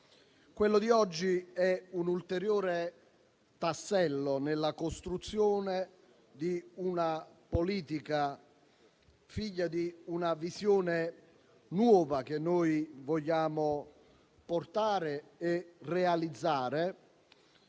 Quello di oggi è un ulteriore tassello nella costruzione di una politica figlia di una visione nuova che vogliamo portare e realizzare